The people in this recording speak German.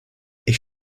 ich